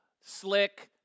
Slick